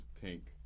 pink